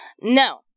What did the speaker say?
No